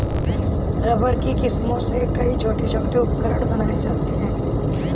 rubber की किस्मों से कई छोटे छोटे उपकरण बनाये जाते हैं